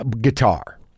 guitar